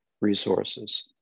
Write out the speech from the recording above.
resources